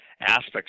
aspects